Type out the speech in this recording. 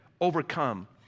overcome